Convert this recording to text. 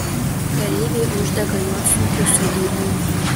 kareiviai uždega juodsnukių sodybą